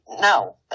no